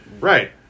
Right